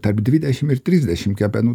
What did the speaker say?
tarp dvidešimt ir trisdešimt kepenų